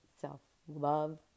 self-love